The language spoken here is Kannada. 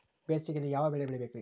ಬೇಸಿಗೆಯಲ್ಲಿ ಯಾವ ಬೆಳೆ ಬೆಳಿಬೇಕ್ರಿ?